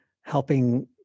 helping